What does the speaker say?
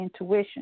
intuition